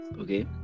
Okay